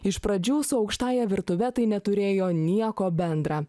iš pradžių su aukštąja virtuve tai neturėjo nieko bendra